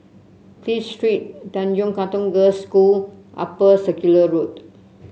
Clive Street Tanjong Katong Girls' School Upper Circular Road